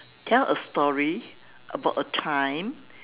tell a story about a time